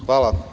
Hvala.